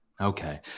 Okay